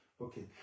Okay